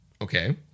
Okay